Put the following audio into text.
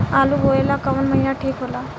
आलू बोए ला कवन महीना ठीक हो ला?